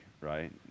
right